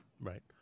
Right